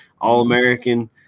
All-American